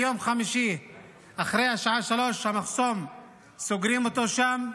ביום חמישי אחרי השעה 15:00 סוגרים את המחסום שם,